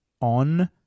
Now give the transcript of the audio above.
on